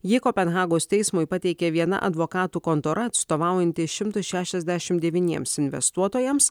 jį kopenhagos teismui pateikė viena advokatų kontora atstovaujanti šimtui šešiasdešim devyniems investuotojams